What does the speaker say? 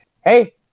hey